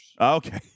Okay